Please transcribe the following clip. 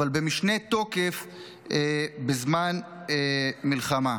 אבל במשנה תוקף בזמן מלחמה.